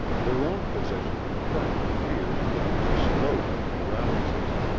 their own physician confirmed the fear that it was a stroke of paralysis.